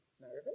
nervous